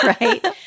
right